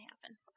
happen